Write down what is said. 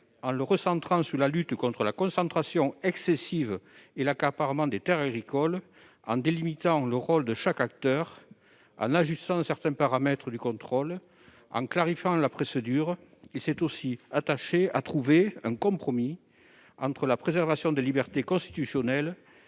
recentré sur la lutte contre la concentration excessive et l'accaparement des terres agricoles. Nous avons délimité le rôle de chaque acteur, ajusté certains paramètres du contrôle et clarifié la procédure. Nous nous sommes aussi attachés à trouver un compromis entre la préservation des libertés constitutionnelles